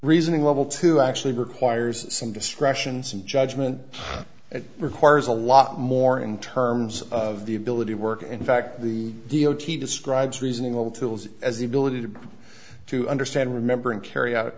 reasoning level to actually requires some discretion some judgement it requires a lot more in terms of the ability to work in fact the d o t describes reasoning all tools as the ability to to understand remember and carry out